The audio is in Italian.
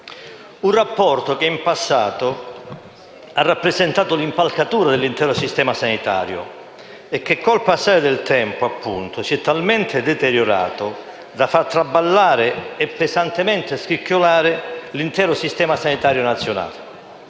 un rapporto che in passato ha rappresentato l'impalcatura dell'intero sistema sanitario e che con il passare del tempo si è talmente deteriorato da far traballare e scricchiolare pesantemente l'intero sistema sanitario nazionale.